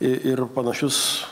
i ir panašius